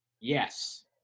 Yes